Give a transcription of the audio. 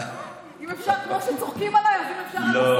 כמו שצוחקים עליי, אז אם אפשר, אל תצחקו.